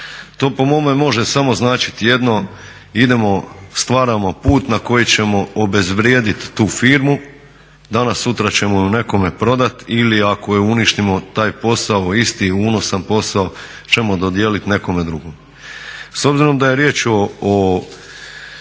To po mome može samo značiti jedno, idemo, stvaramo put na koji ćemo obezvrijedit tu firmu, danas-sutra ćemo ju nekome prodat ili ako je uništimo taj posao isti, unosan posao ćemo dodijelit nekome drugome. S obzirom da je riječ o